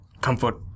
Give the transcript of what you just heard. comfort